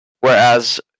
Whereas